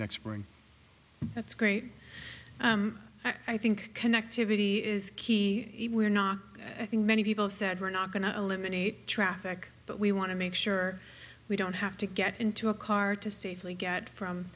next spring that's great i think connectivity is key we're not i think many people said we're not going to eliminate traffic but we want to make sure we don't have to get into a car to safely get from